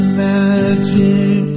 magic